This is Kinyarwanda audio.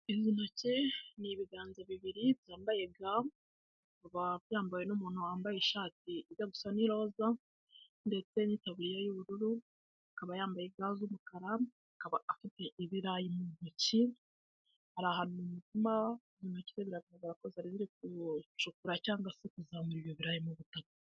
Izi ntoki ni ibiganza bibiri byambaye ga, bikaba byambawe n'umuntu wambaye ishati ijya gusa n'iroza ndetse n'itaburiye y'ubururu, akaba yambaye ga z'umukara, akaba afite ibirayi mu ntoki, ari ahantu mu murima, intoki ze biragaragara ko zari ziri gucukura cyangwa se kuzamura ibi birayi mu butaka.